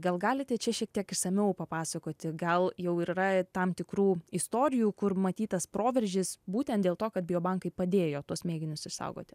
gal galite čia šiek tiek išsamiau papasakoti gal jau ir yra tam tikrų istorijų kur matytas proveržis būtent dėl to kad bijo bankai padėjo tuos mėginius išsaugoti